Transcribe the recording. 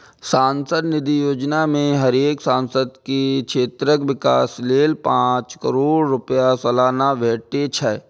सांसद निधि योजना मे हरेक सांसद के क्षेत्रक विकास लेल पांच करोड़ रुपैया सलाना भेटे छै